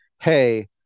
hey